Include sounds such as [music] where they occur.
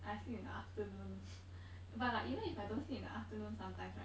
I sleep in the afternoon [laughs] but like even if I don't sleep in the afternoon sometimes right